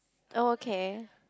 okay